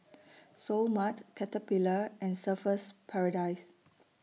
Seoul Mart Caterpillar and Surfer's Paradise